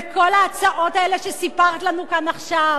כל ההצעות האלה שסיפרת לנו כאן עכשיו